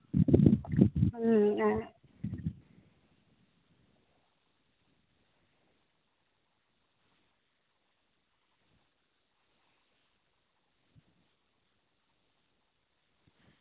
ᱦᱮᱸ ᱟᱨ